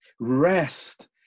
Rest